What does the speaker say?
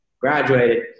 graduated